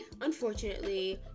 unfortunately